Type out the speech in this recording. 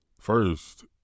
first